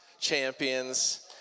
champions